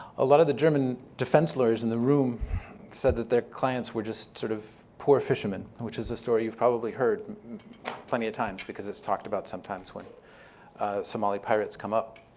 a lot of the german defense lawyers in the room said that their clients were just sort of poor fishermen, which is a story you've probably heard plenty of times because it's talked about sometimes when somali pirates come up.